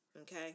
okay